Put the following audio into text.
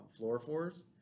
fluorophores